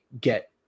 get